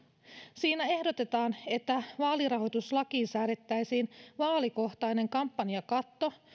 siinä ehdotetaan että vaalirahoituslakiin säädettäisiin vaalikohtainen kampanjakatto